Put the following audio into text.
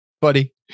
buddy